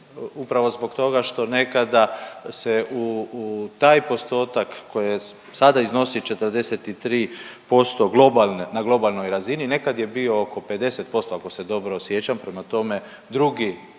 Upravo zbog toga što nekada se u, u taj postotak koji sada iznosi 43% globalne, na globalnoj razini, nekad je bio oko 50% ako se dobro sjećam, prema tome drugi čimbenici